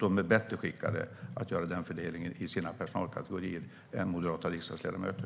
De är bättre skickade att göra den fördelningen i sina personalkategorier än moderata riksdagsledamöter.